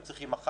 הם צריכים מחר.